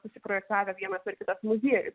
susiprojektavę vienas ar kitas muziejus